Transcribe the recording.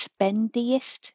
spendiest